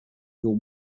your